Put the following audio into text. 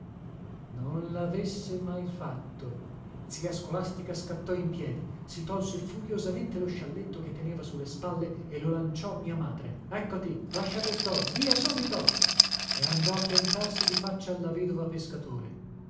non lavesse mai fatto zia scolastica scattò in piedi si tolse furiosamente lo scialletto che teneva su le spalle e lo lanciò a mia madre eccoti lascia tutto via subito e andò a piantarsi di faccia alla vedova pescatore